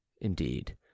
Indeed